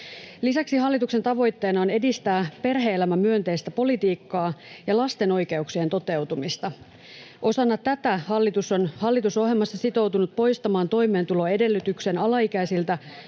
Lisäksi hallituksen tavoitteena on edistää perhe-elämämyönteistä politiikkaa ja lasten oikeuksien toteutumista. Osana tätä hallitus on hallitusohjelmassa sitoutunut poistamaan toimeentuloedellytyksen alaikäisiltä